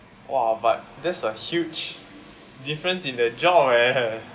!wah! but that's a huge difference in the job leh